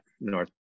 North